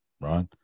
right